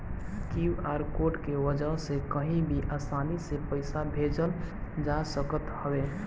QR code के वजह से कही भी आसानी से पईसा भेजल जा सकत हवे